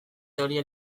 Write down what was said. teoria